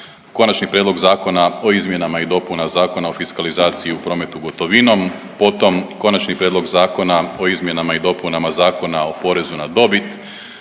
Konačni prijedlog Zakona o izmjenama i dopunama Zakona o fiskalizaciji u prometu gotovinom, potom Konačni prijedlog Zakona o izmjenama i dopunama Zakona o porezu na dobit,